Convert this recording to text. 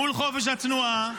מול חופש התנועה.